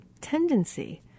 tendency